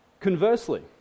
Conversely